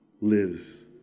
lives